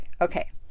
Okay